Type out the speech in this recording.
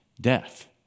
death